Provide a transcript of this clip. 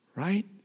right